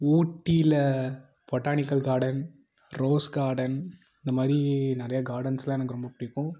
ஊட்டியில் botanical garden rose garden இந்தமாதிரி நிறையா கார்டன்ஸ்லாம் எனக்கு ரொம்ப பிடிக்கும்